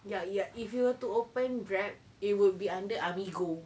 ya ya if you were to open grab it would be under amigo